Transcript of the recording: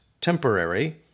temporary